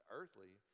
earthly